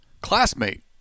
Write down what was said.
classmate